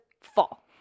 fall